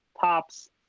tops